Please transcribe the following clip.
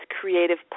creative